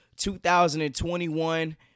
2021